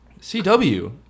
CW